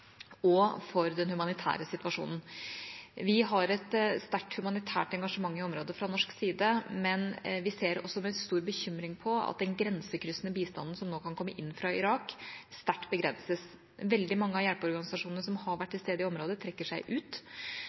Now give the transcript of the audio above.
og for den humanitære situasjonen. Vi har fra norsk side et sterkt humanitært engasjement i området, men vi ser også med stor bekymring på at den grensekryssende bistanden som nå kan komme inn fra Irak, sterkt begrenses. Veldig mange av hjelpeorganisasjonene som har vært til stede i området, trekker seg ut.